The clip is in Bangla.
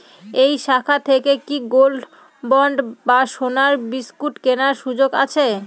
এই শাখা থেকে কি গোল্ডবন্ড বা সোনার বিসকুট কেনার সুযোগ আছে?